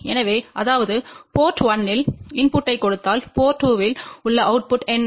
எனவே அதாவது போர்ட் 1 இல் இன்புட்டைக் கொடுத்தால் போர்ட் 2 இல் உள்ள அவுட்புட் என்ன